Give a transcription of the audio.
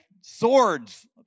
swords